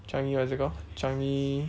changi what is it called changi